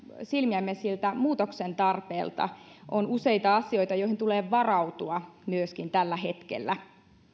silmiämme siltä muutoksen tarpeelta on useita asioita joihin tulee varautua myöskin tällä hetkellä